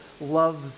loves